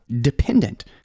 dependent